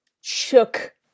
shook